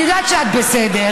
אני יודעת שאת בסדר,